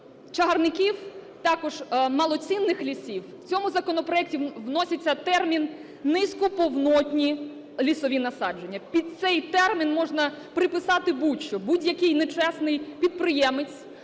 чагарників, також малоцінних лісів. У цьому законопроекті вноситься термін "низькоповнотні лісові насадження". Під цей термін можна приписати будь-що. Будь-який нечесний підприємець